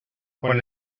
quan